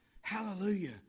Hallelujah